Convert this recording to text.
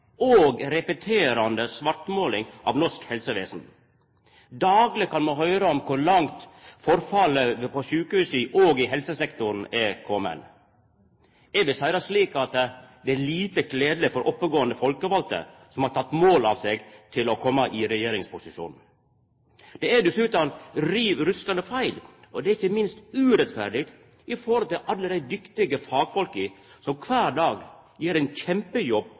og repeterande svartmåling av norsk helsevesen. Dagleg kan me høyra om kor langt forfallet på sjukehusa og i helsesektoren er kome. Eg vil seia det slik at det er lite kledeleg for oppegåande folkevalde som har teke mål av seg til å koma i regjeringsposisjon. Det er dessutan riv ruskande gale, og det er ikkje minst urettferdig overfor alle dei dyktige fagfolka som kvar dag gjer ein kjempejobb